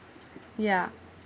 ya